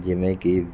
ਜਿਵੇਂ ਕਿ